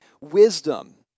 wisdom